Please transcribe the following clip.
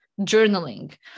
journaling